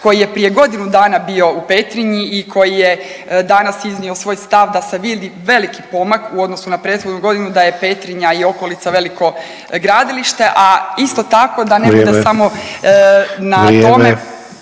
koji je prije godinu dana bio u Petrinji i koji je danas iznio svoj stav da se vidi veliki pomak u odnosu na prethodnu godinu da je Petrinja veliko gradilište, a isto tako da ne bude samo …